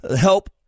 help